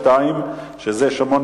שתי שאילתות,